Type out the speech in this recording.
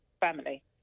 family